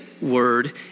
word